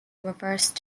reverse